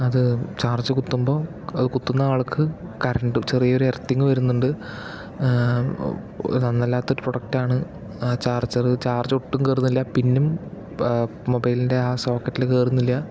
അത് ചാർജ് കുത്തുമ്പോൾ അത് കുത്തുന്ന ആൾക്ക് കറൻറ് ചെറിയൊരു എർത്തിംഗ് വരുന്നുണ്ട് നന്നല്ലാത്തൊരു പ്രൊഡക്ട് ആണ് ആ ചാർജറു ചാർജ് ഒട്ടും കേറുന്നില്ല പിന്നും അ മൊബൈലിൻ്റെ ആ സോക്കറ്റിലും കേറുന്നില്ല